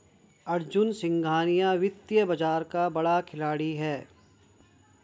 अर्जुन सिंघानिया वित्तीय बाजार का बड़ा खिलाड़ी है